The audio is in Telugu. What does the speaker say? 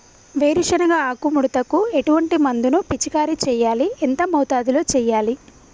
వేరుశెనగ ఆకు ముడతకు ఎటువంటి మందును పిచికారీ చెయ్యాలి? ఎంత మోతాదులో చెయ్యాలి?